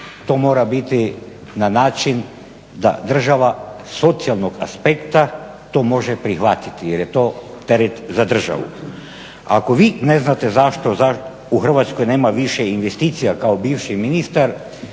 to mora biti na način da država socijalnog aspekta to može prihvatiti jer je to teret za državu. Ako vi ne znate zašto u Hrvatskoj nema više investicija kao bivši ministar,